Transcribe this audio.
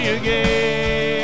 again